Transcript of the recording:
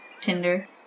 tinder